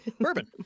bourbon